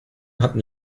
hatten